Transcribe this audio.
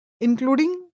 including